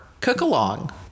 cook-along